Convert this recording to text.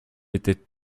était